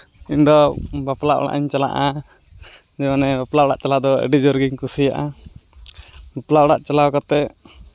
ᱤᱧᱫᱚ ᱵᱟᱯᱞᱟ ᱚᱲᱟᱜ ᱤᱧ ᱪᱟᱞᱟᱜᱼᱟ ᱢᱟᱱᱮ ᱵᱟᱯᱞᱟ ᱚᱲᱟᱜ ᱪᱟᱞᱟᱣ ᱫᱚ ᱟᱹᱰᱤ ᱡᱳᱨ ᱜᱤᱧ ᱠᱩᱥᱤᱭᱟᱜᱼᱟ ᱵᱟᱯᱞᱟ ᱚᱲᱟᱜ ᱪᱟᱞᱟᱣ ᱠᱟᱛᱮᱫ